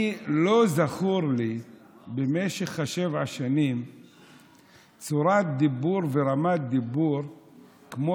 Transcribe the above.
לא זכורה לי במשך שבע השנים צורת דיבור ורמת דיבור כמו